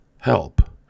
help